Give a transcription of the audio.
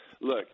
look